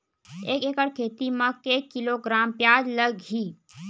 एक एकड़ खेती म के किलोग्राम प्याज लग ही?